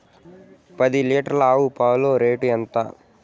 పది లీటర్ల ఆవు పాల రేటు ఎంత?